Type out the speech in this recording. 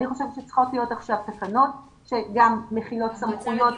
אני חושבת שצריכות להיות עכשיו תקנות שנותנות סמכויות